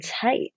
tight